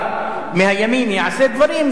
אפשר להפיק לקחים.